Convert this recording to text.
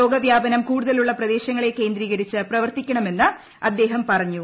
രോഗവൃാപനം കൂടുതൽ ഉള്ള പ്രദേശങ്ങളെ കേന്ദ്രീകരിച്ച് പ്രവർത്തിക്കണമെന്ന് അദ്ദേഹം പറഞ്ഞു